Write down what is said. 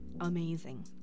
Amazing